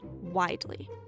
widely